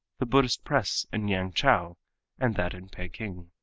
the buddhist press in yangchow and that in peking.